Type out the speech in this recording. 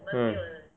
hmm